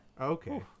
Okay